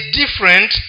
different